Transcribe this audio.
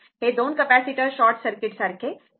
हे 2 capacitor short सर्किटसारखे कार्य करतात